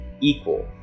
equal